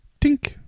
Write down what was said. Tink